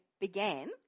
began